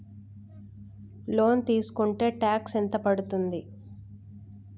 Loan తీస్కుంటే tax ఎంత పడ్తుంది?